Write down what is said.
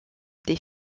des